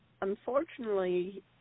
unfortunately